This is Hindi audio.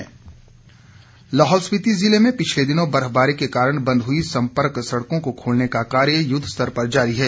लाहौल सड़क लाहौल स्पीति ज़िले में पिछले दिनों बर्फबारी के कारण बंद हुई संपर्क सड़कों को खोलने का कार्य युद्धस्तर पर जारी है